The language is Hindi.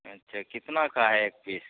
अच्छा कितने का है एक पीस